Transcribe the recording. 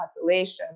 population